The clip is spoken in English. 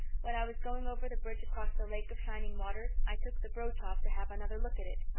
when i was going over the bridge across the lake of shining waters i took the brooch off to have another look at it.